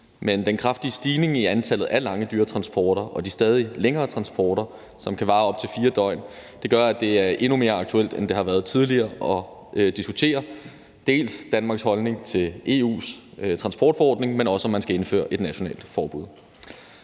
men den kraftige stigning i antallet af lange dyretransporter og de stadig længere transporter, som kan vare op til 4 døgn, gør, at det er endnu mere aktuelt, end det har været tidligere, at diskutere dels Danmarks holdning til EU's transportforordning, dels om man skal indføre et nationalt forbud.